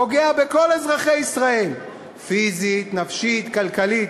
פוגע בכל אזרחי ישראל, פיזית, נפשית, כלכלית,